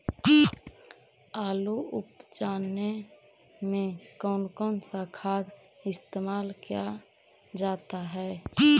आलू उप जाने में कौन कौन सा खाद इस्तेमाल क्या जाता है?